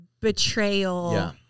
betrayal